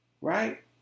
Right